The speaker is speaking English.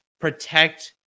protect